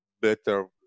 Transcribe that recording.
better